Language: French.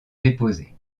déposé